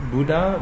Buddha